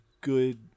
good